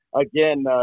again